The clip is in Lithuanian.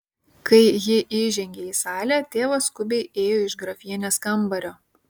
kai ji įžengė į salę tėvas skubiai ėjo iš grafienės kambario